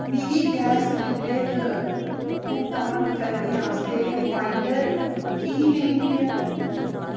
मिगी गैस बिलें दा भुगतान करने आस्तै रिमाइंडर की नेईं मिलेआ